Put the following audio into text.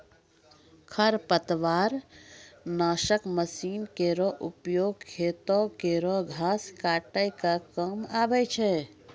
खरपतवार नासक मसीन केरो उपयोग खेतो केरो घास काटै क काम आवै छै